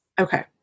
Okay